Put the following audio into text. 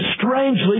strangely